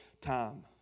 time